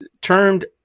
termed